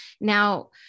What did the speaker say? Now